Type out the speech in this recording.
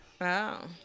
Wow